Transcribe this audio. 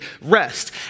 rest